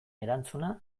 erantzuna